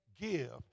give